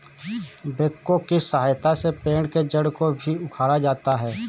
backhoe की सहायता से पेड़ के जड़ को भी उखाड़ा जाता है